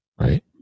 Right